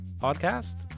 podcast